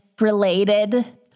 related